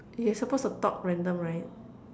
you're supposed to talk random right